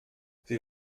sie